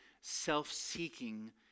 self-seeking